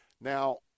Now